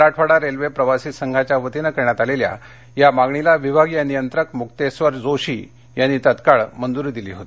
Marathwada railway प्रवासी संघाच्या वतीनं करण्यात आलेल्या या मागणीला विभागीय नियंत्रक मुक्तेश्वर जोशी यांनी तात्काळ मंजूरी दिली होती